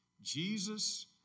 Jesus